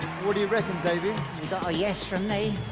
what do you reckon baby and ah yes for me